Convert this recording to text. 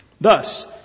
Thus